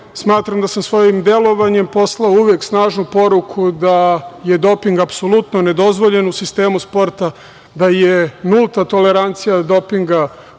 smatram da sam svojim delovanjem poslao uvek snažnu poruku, da je doping apsolutno nedozvoljen u sistemu sporta, da je nulta tolerancija dopinga